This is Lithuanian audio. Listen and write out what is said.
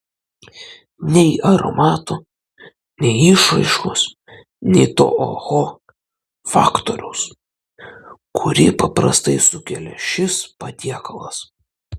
nei aromato nei išraiškos nei to oho faktoriaus kurį paprastai sukelia šis patiekalas